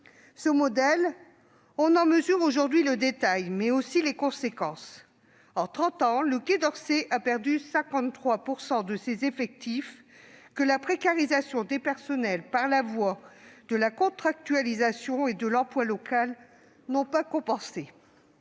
Ce modèle, on en mesure aujourd'hui le détail, mais aussi les conséquences. En trente ans, le Quai d'Orsay a perdu 53 % de ses effectifs, perte que la précarisation des personnels par le recours à la contractualisation et à l'emploi local n'a pas compensée.